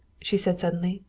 she said suddenly,